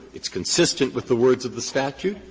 it's consistent with the words of the statute.